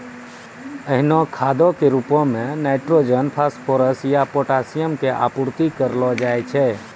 एहनो खादो के रुपो मे नाइट्रोजन, फास्फोरस या पोटाशियम के आपूर्ति करलो जाय छै